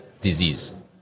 disease